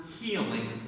healing